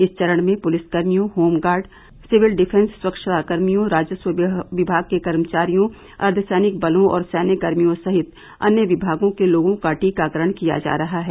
इस चरण में पुलिसकर्मियों होमगार्ड सिविल डिफेंस स्वच्छता कर्मियों राजस्व विभाग के कर्मचारियों अर्ध सैनिक बलों और सैन्य कर्मियों सहित अन्य विभागों के लोगों का टीकाकरण किया जा रहा है